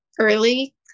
early